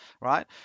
right